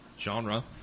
genre